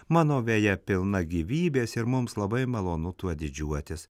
mano veja pilna gyvybės ir mums labai malonu tuo didžiuotis